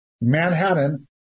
Manhattan